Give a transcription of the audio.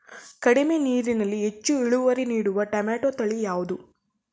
ಕಡಿಮೆ ನೀರಿನಲ್ಲಿ ಹೆಚ್ಚು ಇಳುವರಿ ನೀಡುವ ಟೊಮ್ಯಾಟೋ ತಳಿ ಯಾವುದು?